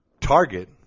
target